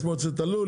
יש מועצת הלול,